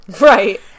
Right